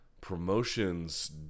promotions